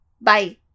bye